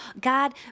God